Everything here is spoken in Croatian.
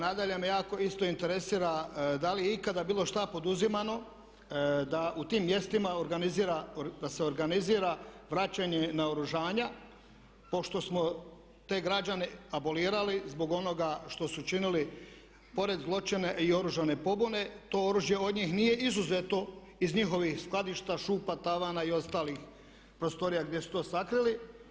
Nadalje me jako isto interesira da li je ikada bilo šta poduzimano da u tim mjestima organizira, da se organizira vraćanje naoružanja pošto smo te građane abolirali zbog onoga što su činili pored zločina i oružane pobune to oružje od njih nije izuzeto iz njihovih skladišta, šupa, tavana i ostalih prostorija gdje su to sakrili.